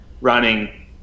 running